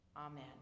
Amen